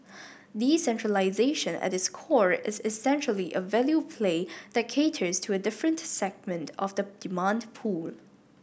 decentralisation at its core is essentially a value play that caters to a different segment of the demand pool